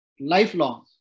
lifelong